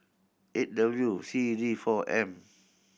eight W C D four M